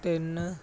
ਤਿੰਨ